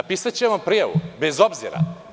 Napisaće vam prijavu, bez obzira.